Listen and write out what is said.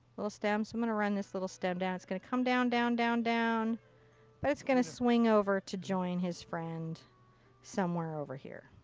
little stem. so i'm going to run this little stem down. it's going to come down down down down but it's going to swing over to join his friend somewhere over here.